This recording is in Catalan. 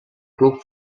club